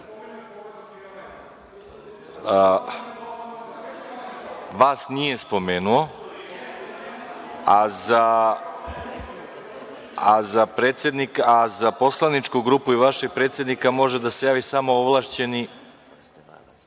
Vas nije spomenuo, a za poslaničku grupu i vašeg predsednika može da se javi samo ovlašćeni.